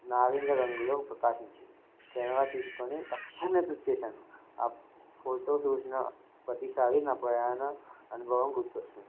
నారింజ రంగులో ప్రకాశించింది కెమెరా తీసుకొని తక్షణమే క్లిక్ చేశాను ఆ ఫోటో చూసిన ప్రతిసారి నా ప్రయాణ అనుభవం గుర్తొస్తుంది